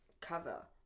Cover